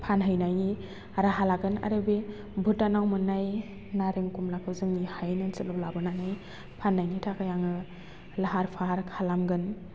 फानहैनायनि राहा लागोन आरो बे भुटानाव मोन्नाय नारें कमलाखौ जोंनि हायेन ओनसोलाव लाबोनानै फान्नायनि थाखाय आङो लाहार फाहार खालामगोन